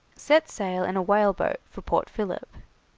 set sail in a whaleboat for port philip.